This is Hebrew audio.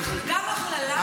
גם הכללה --- גלית,